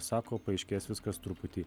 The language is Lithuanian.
sako paaiškės viskas truputį